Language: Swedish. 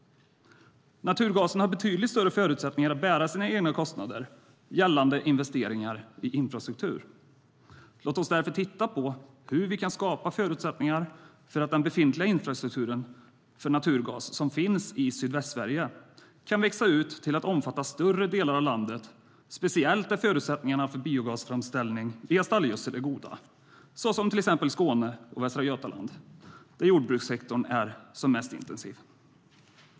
Naturgasen har betydligt större förutsättningar att bära sina egna kostnader gällande investeringar i infrastruktur. Låt oss därför titta på hur vi kan skapa förutsättningar för att den befintliga infrastruktur för naturgas som finns i Sydvästsverige ska kunna växa till att omfatta större delar av landet speciellt där förutsättningarna för biogasframställning via stallgödsel är goda, till exempel i Skåne och Västra Götaland där jordbrukssektorn är som mest intensiv.